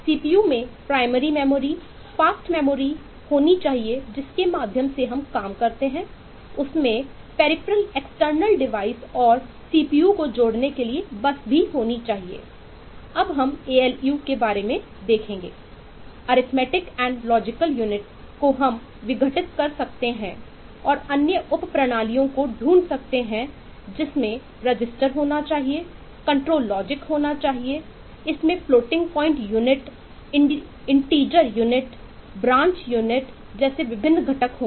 CPU के बारे में देखेंगे